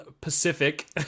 Pacific